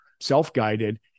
self-guided